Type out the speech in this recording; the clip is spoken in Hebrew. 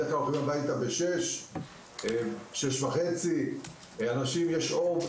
כי בדרך כלל המצילים הולכים הביתה ב-18:00 או 18:30 כאשר יש עדיין אור.